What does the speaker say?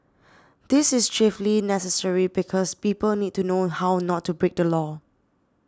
this is chiefly necessary because people need to know how not to break the law